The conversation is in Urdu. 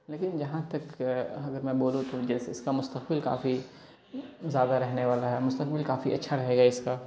لیکن جہاں تک اگر میں بولوں تو جیسے اس کا مستقل کافی زیادہ رہنے والا ہے مستقبل کافی اچھا رہے گا اس کا